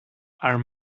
are